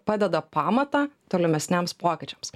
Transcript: padeda pamatą tolimesniems pokyčiams